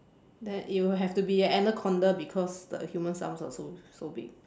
then it will have to be a anaconda because the humans arms are so so big